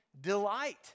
delight